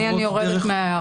אדוני, אני יורדת מההערה.